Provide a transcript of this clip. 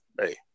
hey